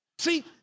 See